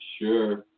Sure